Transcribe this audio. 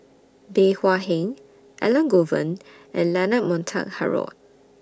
Bey Hua Heng Elangovan and Leonard Montague Harrod